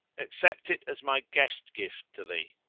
accept it as my guest gift to thee.